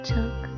Took